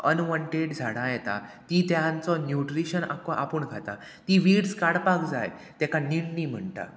unwanted झाडां येता ती तेंचो न्युट्रिशन आख्खो आपूण खाता ती वीड्स काडपाक जाय तेका निडणी म्हणटा